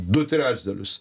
du trečdalius